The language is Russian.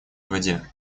воде